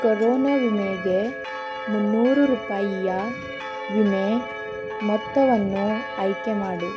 corona ವಿಮೆಗೆ ಮುನ್ನೂರು ರೂಪಾಯಿಯ ವಿಮೆ ಮೊತ್ತವನ್ನು ಆಯ್ಕೆ ಮಾಡು